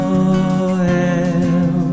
Noel